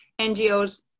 NGOs